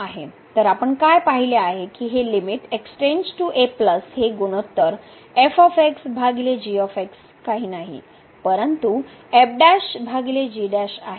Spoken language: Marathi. तर आपण काय पाहिले आहे की हे हे गुणोत्तर f g काही नाही परंतु f g आहे